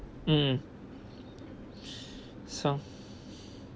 mm so